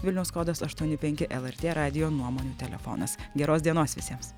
vilniaus kodas aštuoni penki lrt radijo nuomonių telefonas geros dienos visiems